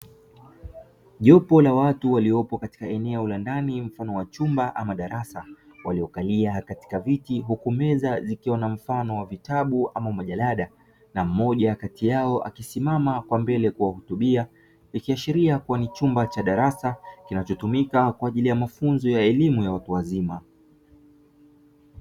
Jopo la watu waliopo katika eneo la ndani mfano wa chumba ama darasa, waliokalia katika viti huku meza zikiwa mfano wa vitabu au majalada na mmoja kati yao akisimama kwa mbele kuwahutubia, ikiashiria kuwa ni chumba cha darasa kikitumika kwa ajili ya mafunzo ya elimu ya watu waziôma.